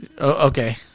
Okay